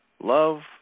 Love